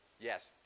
Yes